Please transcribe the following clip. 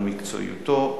על מקצועיותו,